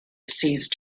ceased